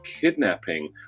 kidnapping